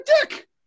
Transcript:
dick